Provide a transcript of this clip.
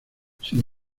sin